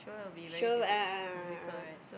sure will a'ah a'ah